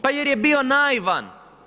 Pa jer je bio naivan.